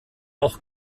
auch